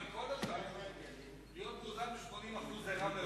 להיות מאוזן ב-80% זה רע מאוד.